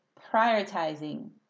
prioritizing